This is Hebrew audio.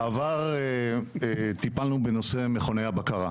בעבר טיפלנו בנושא מכוני הבקרה.